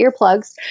earplugs